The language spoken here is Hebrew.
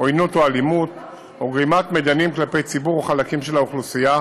עוינות או אלימות או גרימת מדנים כלפי ציבור או חלקים של האוכלוסייה,